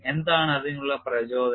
എന്താണ് അതിനുള്ള പ്രചോദനം